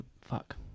fuck